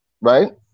right